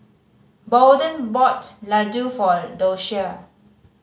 Bolden bought laddu for Doshia